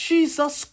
Jesus